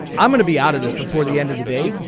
i'm going to be out of this before the end of the day.